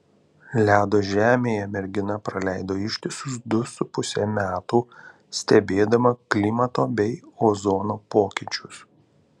ledo žemėje mergina praleido ištisus du su puse metų stebėdama klimato bei ozono pokyčius